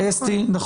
אסתי?